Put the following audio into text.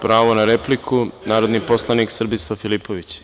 Pravo na repliku, narodni poslanik Srbislav Filipović.